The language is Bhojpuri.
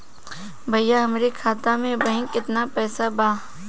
भईया हमरे खाता में अबहीं केतना पैसा बा?